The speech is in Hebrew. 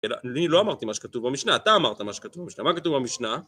אני לא אמרתי מה שכתוב במשנה, אתה אמרת מה שכתוב במשנה, מה כתוב במשנה?